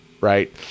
right